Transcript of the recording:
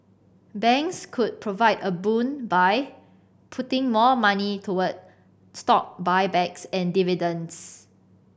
banks could provide a boon by putting more money toward stock buybacks and dividends